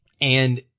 And-